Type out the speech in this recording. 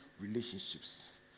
relationships